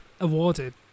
awarded